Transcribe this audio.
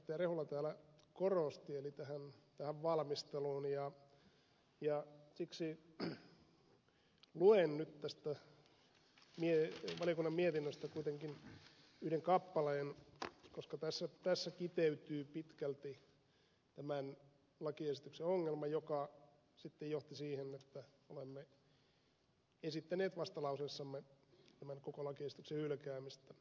rehula täällä korosti eli tähän valmisteluun ja siksi luen nyt tästä valiokunnan mietinnöstä kuitenkin yhden kappaleen koska tässä kiteytyy pitkälti tämän lakiesityksen ongelma joka sitten johti siihen että olemme esittäneet vastalauseessamme tämän koko lakiesityksen hylkäämistä